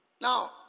Now